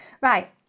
right